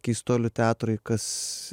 keistuolių teatrui kas